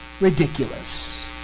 ridiculous